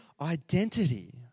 identity